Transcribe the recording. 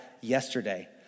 yesterday